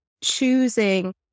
choosing